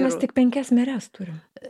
mes tik penkias meres turim